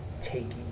taking